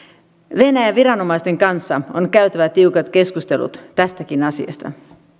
venäjän viranomaisten kanssa on käytävä tiukat keskustelut tästäkin asiasta